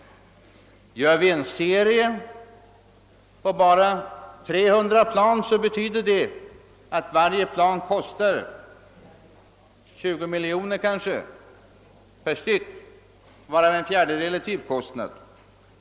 Gör vi en serie på 300 plan betyder det, att varje plan kostar ca 20 miljoner kronor, varav en fjärdedel är typkostnad.